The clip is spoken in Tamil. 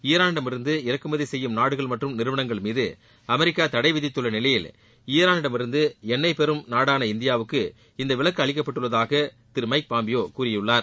ஈரானிடமிருந்து இறக்குமதி செய்யும் நாடுகள் மற்றும் நிறுவனங்கள் மீது அமெரிக்கா தடை விதித்துள்ள நிலையில் ஈரானிடமிருந்து எண்ணெய் பெறும் நாடான இந்தியாவுக்கு இந்த விலக்கு அளிக்கப்பட்டுள்ளதாக திரு மைக் பாம்பியோ கூறியுள்ளார்